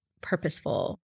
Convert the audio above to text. purposeful